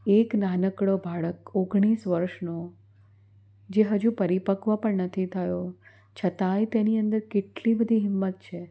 એક નાનકડો બાળક ઓગણીસ વર્ષનો જે હજુ પરિપક્વ પણ નથી થયો છતાંય તેની અંદર કેટલી બધી હિંમત છે